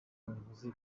abayobozi